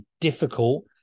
difficult